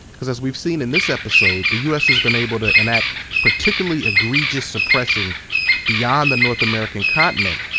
because as we've seen in this episode, the u s. has been able to enact particularly egregious suppression beyond the north american continent,